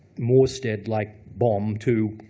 morestead-like bomb to